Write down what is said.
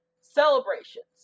celebrations